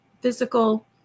physical